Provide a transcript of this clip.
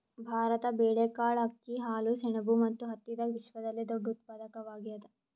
ಭಾರತ ಬೇಳೆಕಾಳ್, ಅಕ್ಕಿ, ಹಾಲು, ಸೆಣಬು ಮತ್ತು ಹತ್ತಿದಾಗ ವಿಶ್ವದಲ್ಲೆ ದೊಡ್ಡ ಉತ್ಪಾದಕವಾಗ್ಯಾದ